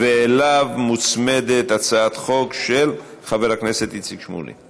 באישור יושב-ראש הכנסת, אנחנו משנים.